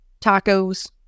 tacos